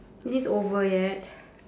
is this over yet